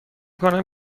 کنم